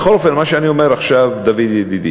בכל אופן, מה שאני אומר עכשיו, דוד ידידי: